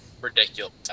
Ridiculous